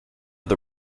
the